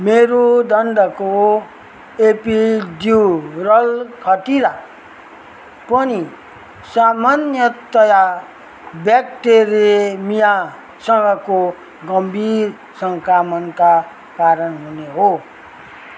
मेरुदण्डको epidural खटिरा पनि सामान्यतया ब्याक्टेरेमियासँगको गम्भीर सङ्क्रमणका कारण हुने हो